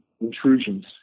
intrusions